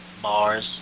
Mars